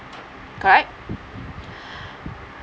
correct